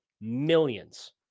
Millions